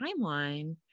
timeline